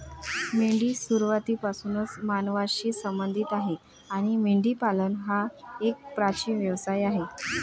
मेंढी सुरुवातीपासूनच मानवांशी संबंधित आहे आणि मेंढीपालन हा एक प्राचीन व्यवसाय आहे